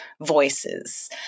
voices